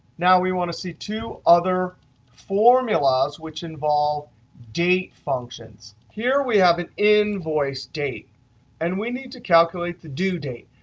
now, we want to see two other formulas which involve date functions. here we have an invoice date and we need to calculate the due date.